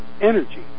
energy